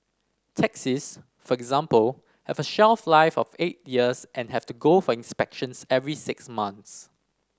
taxis for example have a shelf life of eight years and have to go for inspections every six months